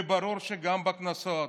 וברור שגם בקנסות,